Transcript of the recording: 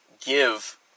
give